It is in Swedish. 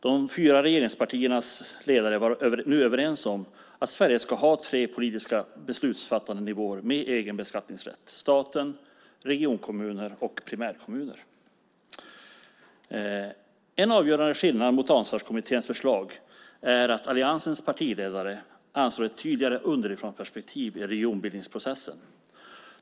De fyra regeringspartiernas ledare var nu överens om att Sverige ska ha tre politiska beslutsfattande nivåer med egen beskattningsrätt, stat, regionkommuner och primärkommuner. En avgörande skillnad mot Ansvarskommitténs förslag är att Alliansens partiledare anslår ett tydligare underifrånperspektiv i regionbildningsprocessen.